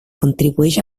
contribueix